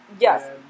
Yes